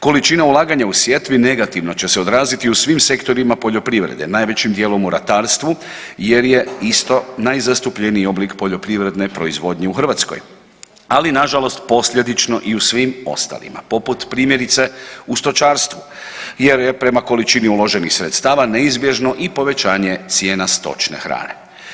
Količina ulaganja u sjetvi negativno će se odraziti u svim sektorima poljoprivrede, najvećim dijelom u ratarstvu jer je isto najzastupljeniji oblik poljoprivredne proizvodnje u Hrvatskoj, ali nažalost posljedično i u svim ostalima, poput primjerice u stočarstvu jer je prema količini uloženih sredstava neizbježno i povećanje cijena stočne hrane.